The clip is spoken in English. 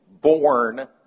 born